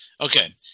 okay